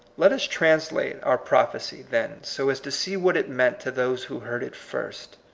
let us translate our proph ecy, then, so as to see what it meant to those who heard it first.